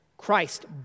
Christ